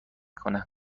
کنه